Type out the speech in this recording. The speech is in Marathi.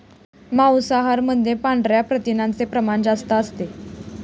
मांसाहारामध्ये पांढऱ्या प्रथिनांचे प्रमाण जास्त असते